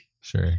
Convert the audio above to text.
sure